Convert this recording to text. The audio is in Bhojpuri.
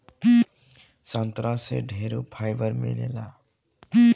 संतरा से ढेरे फाइबर मिलेला